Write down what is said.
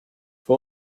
fue